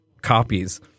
copies